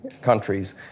countries